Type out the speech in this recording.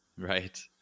Right